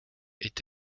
aient